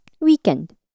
weekend